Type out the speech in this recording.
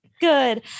Good